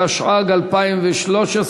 התשע"ג 2013,